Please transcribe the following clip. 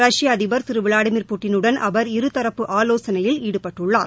ரஷ்ய அதிபர் திரு விளாடிமிர் புட்டினுடன் அவர் இருதரப்பு ஆலோசனையில் ஈடுபட்டுள்ளார்